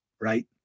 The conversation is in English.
right